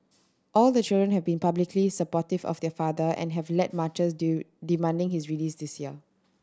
all the children have been publicly supportive of their father and have led marches due demanding his release this year